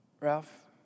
Ralph